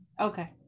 okay